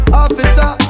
officer